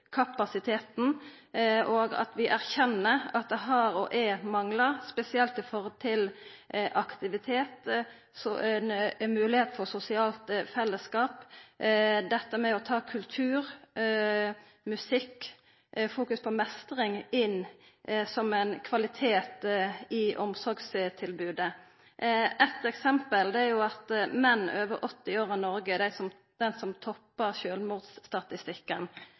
kapasiteten, og at vi erkjenner at det har vore og er manglar – spesielt med omsyn til aktivitet og moglegheita for sosialt fellesskap, og dette med å ta kultur, musikk og meistringsfokus inn som ein kvalitet i omsorgstilbodet. Eit eksempel er at menn over 80 år i Noreg er dei som toppar sjølvmordsstatistikken.